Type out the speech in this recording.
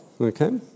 Okay